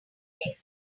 writing